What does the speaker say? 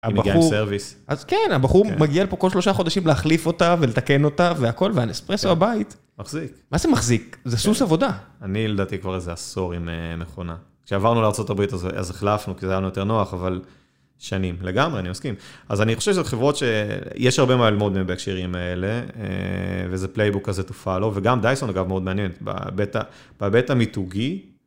היא מגיעה עם סרוויס? אז כן, הבחור מגיע לפה כל שלושה חודשים להחליף אותה ולתקן אותה והכל, והנספרסו בבית, מחזיק. מה זה מחזיק? זה סוס עבודה. אני לדעתי כבר איזה עשור עם מכונה. כשעברנו לארה״ב אז החלפנו, כי זה היה לנו יותר נוח, אבל שנים לגמרי, אני מסכים. אז אני חושב שזאת חברות ש... יש הרבה מה ללמוד בהקשרים האלה, וזה פלייבוק כזה, תופעה לו, וגם דייסון אגב מאוד מעניין, בהיבט המיתוגי.